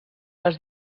les